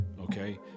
okay